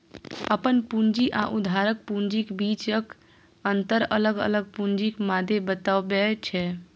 अपन पूंजी आ उधारक पूंजीक बीचक अंतर अलग अलग पूंजीक मादे बतबै छै